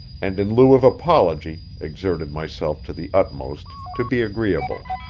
and in lieu of apology exerted myself to the utmost to be agreeable.